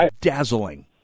dazzling